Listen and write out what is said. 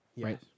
right